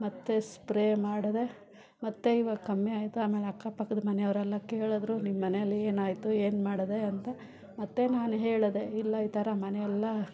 ಮತ್ತು ಸ್ಪ್ರೇ ಮಾಡಿದೆ ಮತ್ತು ಇವಾಗ ಕಮ್ಮಿ ಆಯಿತು ಆಮೇಲೆ ಅಕ್ಕಪಕ್ಕದ ಮನೆಯವರೆಲ್ಲ ಕೇಳಿದ್ರು ನಿಮ್ಮಮನೆಯಲ್ಲಿ ಏನಾಯಿತು ಏನು ಮಾಡಿದೆ ಅಂತ ಮತ್ತು ನಾನು ಹೇಳಿದೆ ಇಲ್ಲ ಈ ಥರ ಮನೆಯೆಲ್ಲ